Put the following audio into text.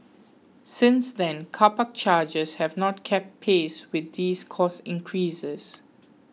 since then car park charges have not kept pace with these cost increases